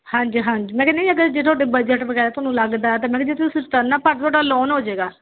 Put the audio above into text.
ਹਾਂਜੀ ਹਾਂਜੀ ਮੈਂ ਕਹਿੰਦੀ ਜੇ ਅਗਰ ਜੇ ਤੁਹਾਡੇ ਬਜਟ ਵਗੈਰਾ ਤੁਹਾਨੂੰ ਲੱਗਦਾ ਤਾਂ ਮੈਂ ਕਿਹਾ ਜੇ ਤੁਸੀਂ ਰਿਟਰਨਾ ਭਰ ਤੁਹਾਡਾ ਲੋਨ ਹੋ ਜਾਵੇਗਾ